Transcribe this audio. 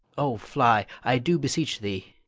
oh, fly, i do beseech thee!